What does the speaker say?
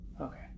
Okay